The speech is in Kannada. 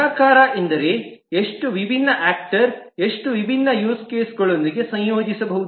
ಗುಣಾಕಾರ ಎಂದರೆ ಎಷ್ಟು ವಿಭಿನ್ನ ಆಕ್ಟರ್ ಎಷ್ಟು ವಿಭಿನ್ನ ಯೂಸ್ ಕೇಸ್ಗಳೊಂದಿಗೆ ಸಂಯೋಜಿಸಬಹುದು